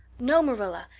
no, marilla,